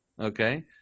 okay